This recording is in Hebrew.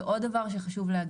ועוד דבר שחשוב לומר